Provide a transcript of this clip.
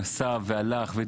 הוא נסע ודיבר,